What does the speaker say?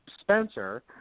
Spencer